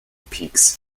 peaks